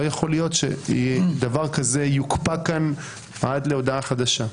לא יכול להיות שדבר כזה יוקפא כאן עד להודעה חדשה.